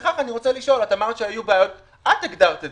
לפיכך אני רוצה לשאול, את הגדרת את